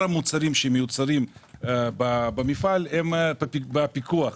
המוצרים שמיוצרים במפעל הם בפיקוח.